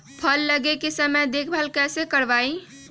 फल लगे के समय देखभाल कैसे करवाई?